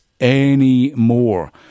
anymore